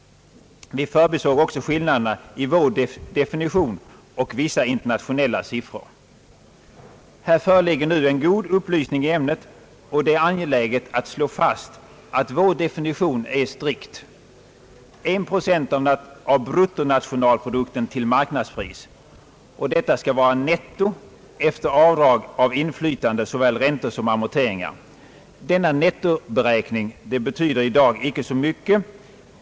Vi förbisåg också skillnaderna mellan vår definition och vissa internationella siffror. Här föreligger nu en god upplysning i ämnet, och det är angeläget att slå fast att vår definition är strikt: en procent av bruttonationalprodukten till marknadspris. Detta skall vara netto efter avdrag av inflytande såväl räntor som amorteringar. Denna nettoberäkning betyder i dag inte så mycket.